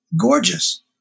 gorgeous